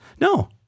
No